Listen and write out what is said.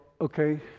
okay